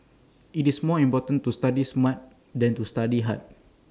IT is more important to study smart than to study hard